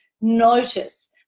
notice